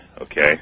okay